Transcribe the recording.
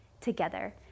together